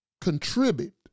contribute